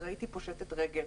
הרי הייתי פושטת רגל.